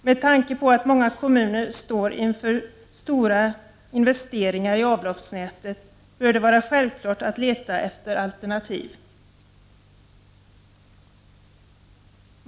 Med tanke på att många kommuner står inför stora investeringar i avloppsnätet bör det vara självklart att leta efter alternativ.